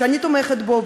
שאני תומכת בו.